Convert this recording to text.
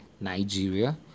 Nigeria